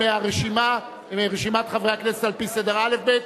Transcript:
מרשימת חברי הכנסת על-פי סדר האל"ף-בי"ת,